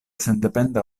sendependa